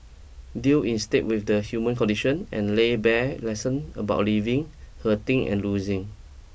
deal instead with the human condition and lay bare lesson about living hurting and losing